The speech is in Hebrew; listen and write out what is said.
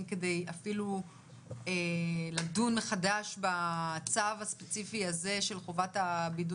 כדי לדון מחדש בצו הספציפי הזה של חובת הבידוד?